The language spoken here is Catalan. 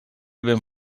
ben